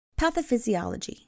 Pathophysiology